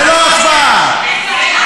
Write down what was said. ללא הצבעה.